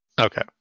Okay